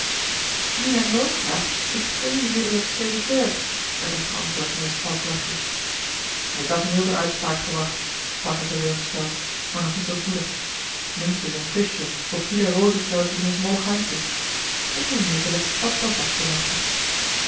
wie naar loon vraagt is geen ridderlijk serviteur werd er geantwoord met een schalk lachje a l g bosboom-toussaint de delftsche wonderdokter eel k had milder uitspraak gewacht sprak hij teleurgesteld maar nog niet ontmoedigd minstens een kusje op ieder rozenkuiltje van dit mollig handje en de vermetele had het al vast bemachtigd